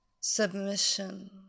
Submission